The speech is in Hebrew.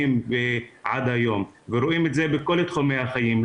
האחרונות עד היום ורואים את זה בכל תחומי החיים,